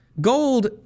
Gold